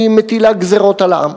היא מטילה גזירות על העם,